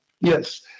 Yes